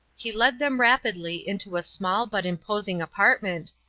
he led them rapidly into a small but imposing apartment,